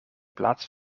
plaats